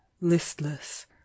listless